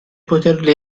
poterle